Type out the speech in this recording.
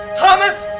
thomas!